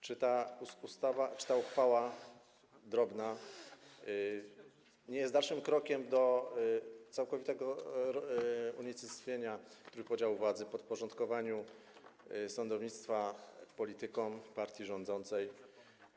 Czy ta ustawa, czy ta drobna uchwała nie jest dalszym krokiem do całkowitego unicestwienia trójpodziału władzy, podporządkowania sądownictwa politykom, partii rządzącej?